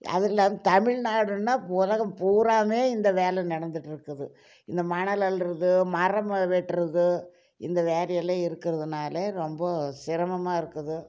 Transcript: அது இல்லாமல் தமிழ்நாடுனால் உலகம் பூராவுமே இந்த வேலை நடந்துட்டு இருக்குது இந்த மணல் அள்ளுறது மரம வெட்டுறது இந்த வேலையெல்லாம் இருக்கிறதனால ரொம்ப சிரமமாக இருக்குது